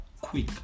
quick